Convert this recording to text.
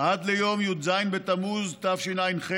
עד ליום י"ז בתמוז התשע"ח,